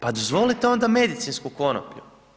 Pa dozvolite onda medicinsku konoplju.